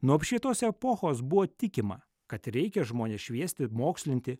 nuo apšvietos epochos buvo tikima kad reikia žmones šviesti mokslinti